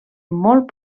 molt